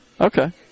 Okay